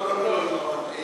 לא, לא, לא.